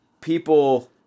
people